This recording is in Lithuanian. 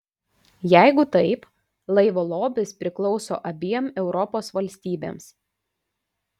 jeigu taip laivo lobis priklauso abiem europos valstybėms